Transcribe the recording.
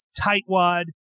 tightwad